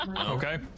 Okay